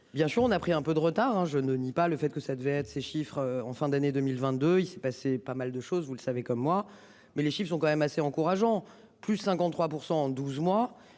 Bien sûr on a pris un peu de retard hein. Je ne nie pas le fait que ça devait être ces chiffres en fin d'année 2022, il s'est passé pas mal de choses vous le savez comme moi, mais les chiffres sont quand même assez encourageant, plus 53% en 12 mois